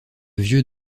vieux